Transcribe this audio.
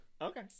okay